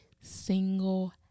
single